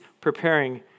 preparing